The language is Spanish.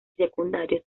secundarios